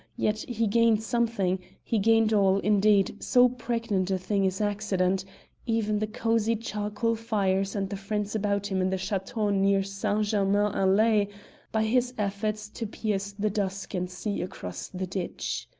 yet he gained something, he gained all, indeed, so pregnant a thing is accident even the cosy charcoal-fires and the friends about him in the chateau near saint germain-en-laye by his effort to pierce the dusk and see across the ditch.